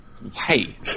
Hey